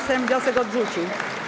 Sejm wniosek odrzucił.